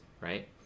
right